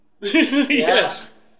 Yes